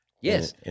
yes